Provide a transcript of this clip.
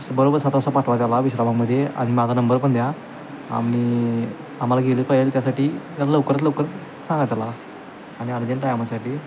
बरोबर सात वाजता पाठवा त्याला विश्रामबागमध्ये आणि माझा नंबर पण द्या आम्ही आम्हाला गेले पाहिजे त्यासाठी त्याला लवकरात लवकर सांगा त्याला आणि अर्जंट आहे आम्हासाठी